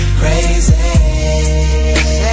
crazy